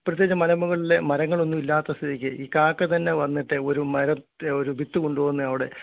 പ്രത്യേകിച്ച് മലമുകളിൽ മരങ്ങളൊന്നും ഇല്ലാത്ത സ്ഥിതിക്ക് ഈ കാക്കതന്നെ വന്നിട്ട് ഒരു മരം ഒരു വിത്ത് കൊണ്ട് വന്ന് അവിടെ കുഴിച്ചിടുകയും